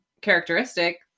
characteristic